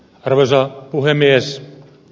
arvoisa puhemies